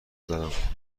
دارم